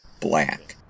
black